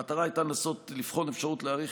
המטרה הייתה לנסות לבחון אפשרות להאריך